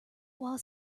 while